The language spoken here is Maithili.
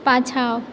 पाछाँ